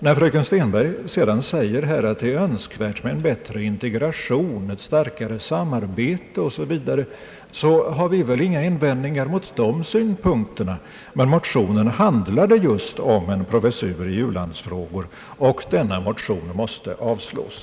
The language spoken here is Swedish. När fröken Stenberg säger att det är önskvärt med en bättre integration och ett starkare samarbete osv. har vi givetvis inga invändningar mot hennes synpunkter. Men motionen handlade just om en professur i u-landsfrågor och måste avslås.